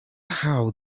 how